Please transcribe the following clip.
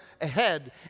ahead